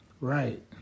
Right